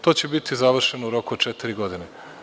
To će biti završeno u roku od četiri godine.